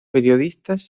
periodistas